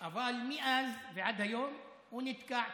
אבל מאז ועד היום הוא נתקע,